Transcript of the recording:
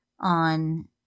On